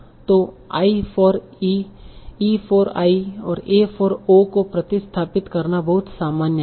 तो i for e e for i a for o को प्रतिस्थापित करना बहुत सामान्य हैं